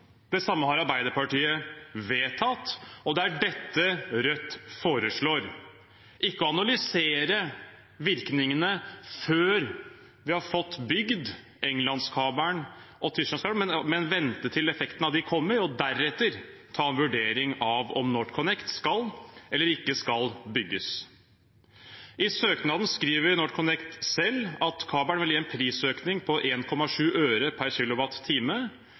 det samme har Arbeiderpartiet vedtatt, og det er dette Rødt foreslår – ikke å analysere virkningene før vi har fått bygd kablene til England og Tyskland, men vente til effekten av dem kommer, og deretter ta en vurdering av om NorthConnect skal eller ikke skal bygges. I søknaden skriver NorthConnect selv at kabelen vil gi en prisøkning på 1,7 øre per